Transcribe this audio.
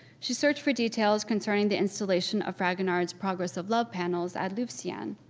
she searched for details concerning the installation of fragonard's progress of love panels at louveciennes,